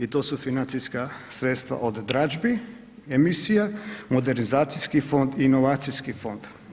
To su financijska sredstva od dražbi emisija, modernizacijski fond, inovacijski fond.